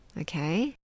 okay